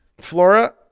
Flora